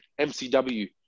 MCW